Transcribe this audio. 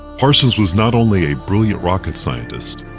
parsons was not only a brilliant rocket scientist,